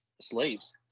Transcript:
slaves